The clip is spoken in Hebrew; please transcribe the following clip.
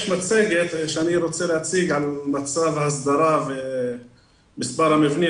יש מצגת שאני רוצה להציג על מצב ההסדרה ומספר המבנים